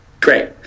Great